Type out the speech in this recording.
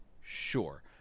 Sure